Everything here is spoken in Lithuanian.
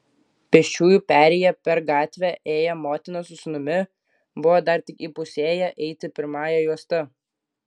pėsčiųjų perėja per gatvę ėję motina su sūnumi buvo dar tik įpusėję eiti pirmąja juosta